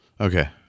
okay